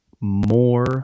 more